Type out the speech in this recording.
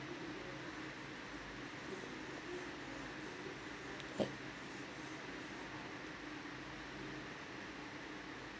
eh